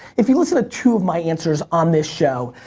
if you listen to two of my answers on this show,